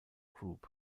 group